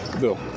Bill